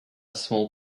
small